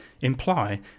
imply